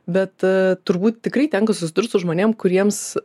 bet turbūt tikrai tenka susidurt su žmonėm kuriems